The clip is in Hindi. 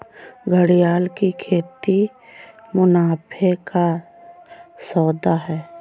घड़ियाल की खेती मुनाफे का सौदा है